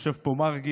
יושב פה מרגי,